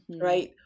right